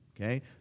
okay